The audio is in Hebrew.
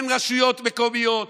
אין רשויות מקומיות,